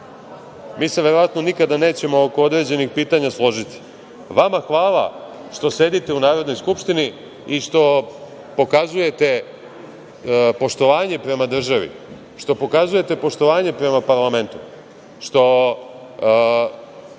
mi se verovatno nikada nećemo oko određenih pitanja složiti, vama hvala što sedite u Narodnoj skupštini i što pokazujete poštovanje prema državi, što pokazujete poštovanje prema parlamentu, što